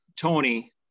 Tony